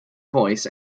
voice